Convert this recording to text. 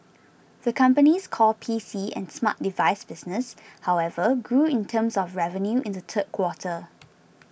the company's core P C and smart device business however grew in terms of revenue in the third quarter